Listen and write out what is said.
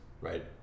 right